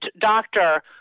doctor